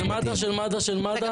של מד"א, של מד"א, של מד"א.